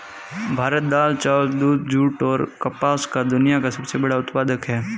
भारत दाल, चावल, दूध, जूट, और कपास का दुनिया का सबसे बड़ा उत्पादक है